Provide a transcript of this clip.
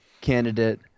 candidate